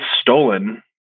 stolen